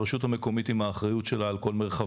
הרשות המקומית עם האחריות שלה על כל מרחבה.